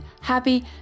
happy